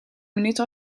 minuten